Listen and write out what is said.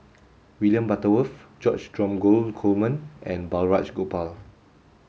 William Butterworth George Dromgold Coleman and Balraj Gopal